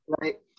Right